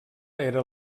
era